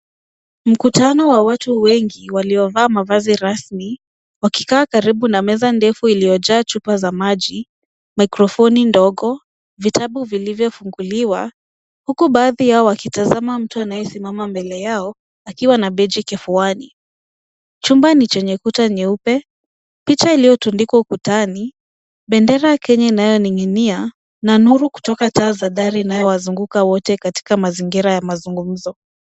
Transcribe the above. Mkutano wa watu wengi waliovaa mavazi rasmi, wakikaa karibu na meza ndefu iliyojaa chupa za maji, mikrofoni ndogo, vitabu vilivyofunguliwa, huku baadhi yao wakitazama mtu anayesimama mbele yao akiwa na beji kifuani. Chumba ni chenye kuta nyeupe, picha iliyotundikwa ukutani, bendera ya Kenya inayonin’ginia na nuru kutoka taa za dari inayowazunguka wote katika mazingira ya mazungumzo.